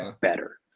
better